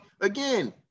Again